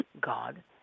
God